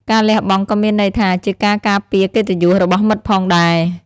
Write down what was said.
ការលះបង់ក៏មានន័យថា ជាការការពារកិត្តិយសរបស់មិត្តផងដែរ។